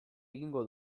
egingo